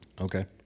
Okay